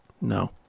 No